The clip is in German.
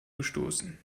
gestoßen